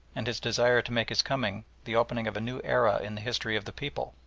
and his desire to make his coming the opening of a new era in the history of the people,